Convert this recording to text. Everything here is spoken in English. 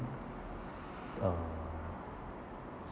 uh